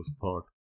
thought